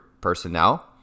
personnel